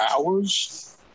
hours